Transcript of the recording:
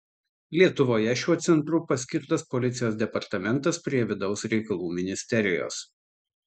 lietuvoje šiuo centru paskirtas policijos departamentas prie vidaus reikalų ministerijos